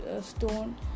stone